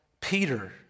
Peter